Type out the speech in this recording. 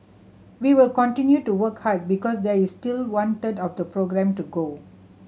we will continue to work hard because there is still one third of the programme to go